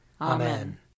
Amen